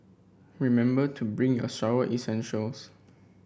remember to bring your shower essentials